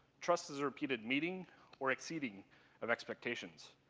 trust is a repeated meeting or exceeding of expectations.